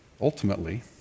ultimately